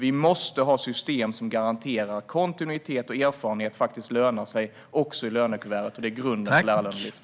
Vi måste ha system som garanterar att kontinuitet och erfarenhet lönar sig, också i lönekuvertet. Det är grunden för Lärarlönelyftet.